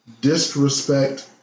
disrespect